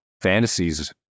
fantasies